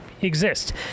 exist